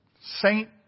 Saint